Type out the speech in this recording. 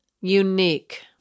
unique